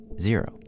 zero